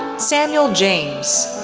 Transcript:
samuel james,